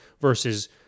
versus